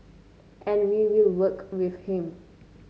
and we will work with him